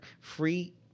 free